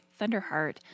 Thunderheart